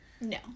No